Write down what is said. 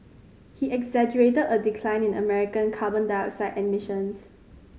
he exaggerated a decline in American carbon dioxide emissions